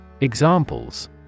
Examples